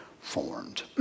formed